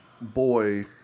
boy